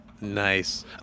Nice